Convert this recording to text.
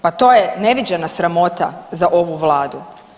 Pa to je neviđena sramota za ovu Vladu.